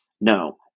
no